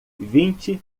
vinte